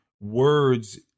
words